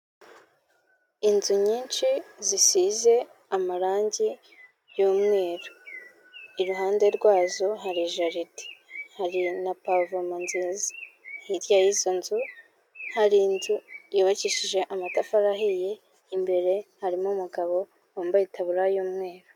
Inzu nyinshi zisize amarangi y'umweru, iruhande rwazo hari jaride, hari na pavoma nziza, hirya y'izo nzu hari inzu yubakishije amatafari ahiye, imbere harimo umugabo wambaye itaburiya y'umweru.